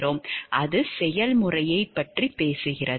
அது செயல்முறையைப் பற்றி பேசுகிறது